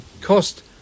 cost